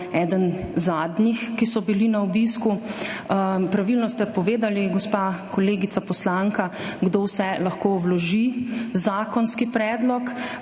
eni zadnjih, ki so bili na obisku. Pravilno ste povedali, gospa kolegica poslanka, kdo vse lahko vloži zakonski predlog.